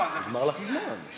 נגמר לך הזמן.